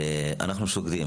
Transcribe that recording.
אנחנו שוקדים.